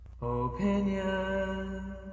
opinion